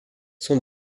sont